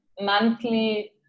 monthly